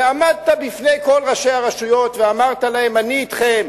ועמדת בפני כל ראשי הרשויות ואמרת להם: אני אתכם,